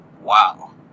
Wow